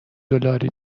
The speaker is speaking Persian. دلاری